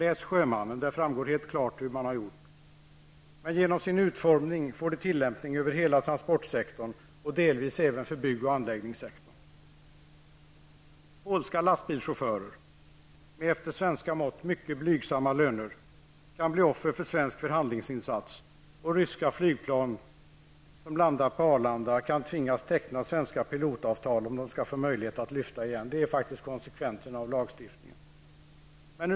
I Sjömannen framgår klart hur man har gjort. Lagförslaget får genom sin utformning tillämpning över hela transportsektorn och delvis även över bygg och anläggningssektorn. Polska lastbilschaufförer -- med efter svenska mått mycket blygsamma löner -- kan bli offer för svensk förhandlingsinsats, och ryska flygplan som landar på Arlanda kan tvingas teckna svenska pilotavtal om de skall få möjlighet att lyfta igen. Det är faktiskt konsekvenserna av lagstiftningen.